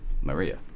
Maria